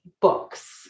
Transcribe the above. books